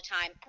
time